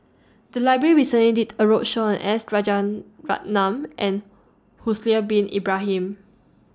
The Library recently did A roadshow on S Rajaratnam and Haslir Bin Ibrahim